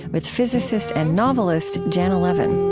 with physicist and novelist janna levin